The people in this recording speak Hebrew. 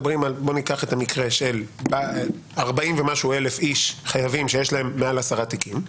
ניקח את המקרה של 43,000 חייבים שיש להם מעל 10 תיקים,